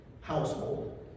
household